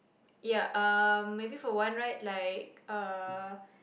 ya um maybe for one ride like uh